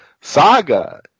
saga